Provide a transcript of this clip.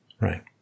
right